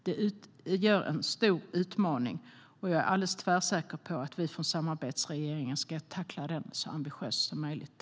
Det är en stor utmaning, men jag är alldeles tvärsäker på att vi från samarbetsregeringen kommer att tackla den så ambitiöst som möjligt.